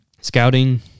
Scouting